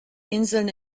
inseln